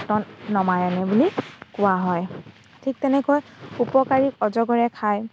পতন নমাই আনে বুলি কোৱা হয় ঠিক তেনেকৈ উপকাৰীক অজগৰে খায়